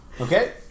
Okay